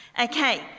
Okay